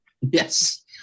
Yes